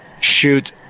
shoot